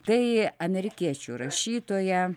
tai amerikiečių rašytoja